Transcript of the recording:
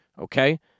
okay